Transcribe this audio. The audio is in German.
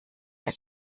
der